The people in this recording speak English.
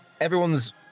everyone's